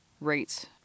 rates